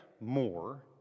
more